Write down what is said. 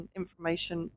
information